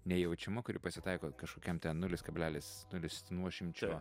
nejaučiama kuri pasitaiko kažkokiam ten nulis kablelis nulis nuošimčio